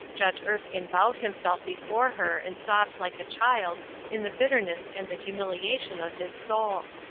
judge erskine bowed himself before her and sobbed like a child in the bitterness and the humiliation of his soul.